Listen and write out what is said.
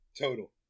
Total